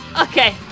Okay